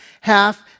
half